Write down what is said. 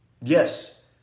Yes